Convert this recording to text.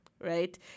right